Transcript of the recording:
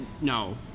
No